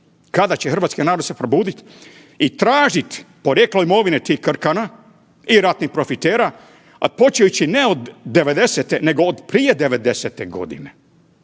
kada će se hrvatski narod probudit i tražit porijeklo imovine tih krkana i ratnih profitera, a počet ne od '90.-te nego prije '90.-te godine